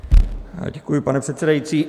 Děkuji, pane předsedající.